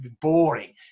boring